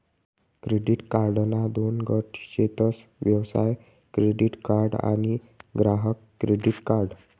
credit कार्डना दोन गट शेतस व्यवसाय क्रेडीट कार्ड आणि ग्राहक क्रेडीट कार्ड